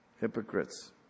Hypocrites